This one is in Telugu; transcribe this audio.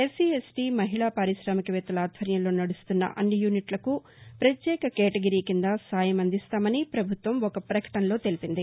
ఎస్సీ ఎస్లీ మహిళా పారిశామిక వేత్తల ఆధ్వర్యంలో నడుస్తున్న అన్ని యూనిట్లకూ పత్యేక కేటగిరీ కింద సాయం అందిస్తామని పభుత్వం ఒక పకటనలో తెలిపింది